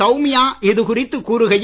சௌமியா இதுகுறித்து கூறுகையில்